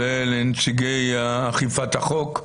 זה לנציגי אכיפת החוק.